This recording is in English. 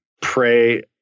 pray